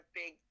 big